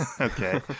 Okay